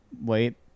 wait